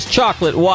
Chocolate